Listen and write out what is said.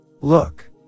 Look